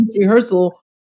rehearsal